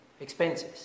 expenses